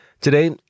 Today